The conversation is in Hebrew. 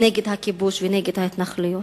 נגד הכיבוש ונגד ההתנחלויות.